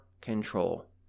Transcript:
control